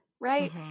right